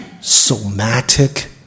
somatic